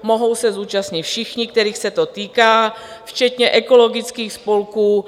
Mohou se zúčastnit všichni, kterých se to týká, včetně ekologických spolků.